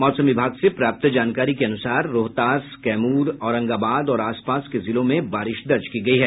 मौसम विभाग से प्राप्त जानकारी के अनुसार रोहतास कैमूर औरंगाबाद और आस पास के जिलों में बारिश दर्ज की गयी है